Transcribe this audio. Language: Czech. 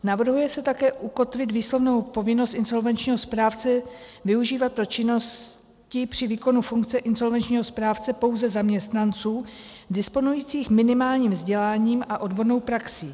Navrhuje se také ukotvit výslovnou povinnost insolvenčního správce využívat pro činnosti při výkonu funkce insolvenčního správce pouze zaměstnanců disponujících minimálním vzděláním a odbornou praxí.